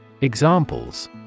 Examples